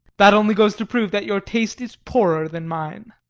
that only goes to prove that your taste is poorer than mine.